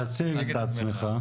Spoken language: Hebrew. תציג את עצמך.